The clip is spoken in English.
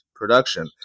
production